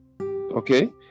okay